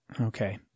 Okay